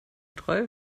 drei